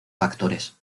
factores